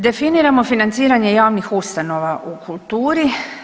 Definiramo financiranje javnih ustanova u kulturi.